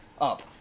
up